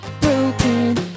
broken